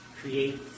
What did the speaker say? create